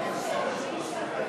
ההצעה להעביר